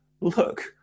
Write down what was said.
Look